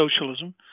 socialism